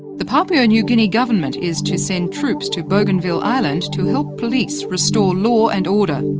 the papua new guinea government is to send troops to bougainville island to help police restore law and order.